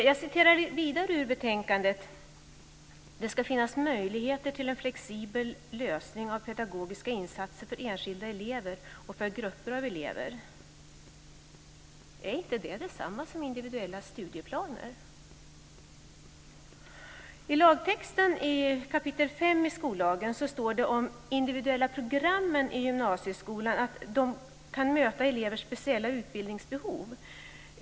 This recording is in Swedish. Jag citerar vidare ur betänkandet: "Det skall finnas möjligheter till en flexibel lösning av pedagogiska insatser för enskilda elever och för grupper av elever." Är inte detta detsamma som individuella studieplaner? I skollagens femte kapitel står det om individuella program i gymnasieskolan att de kan möta elevers speciella utbildningsbehov.